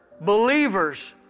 believers